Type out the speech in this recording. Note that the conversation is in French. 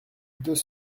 deux